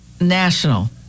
national